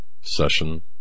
Session